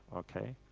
ok?